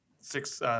six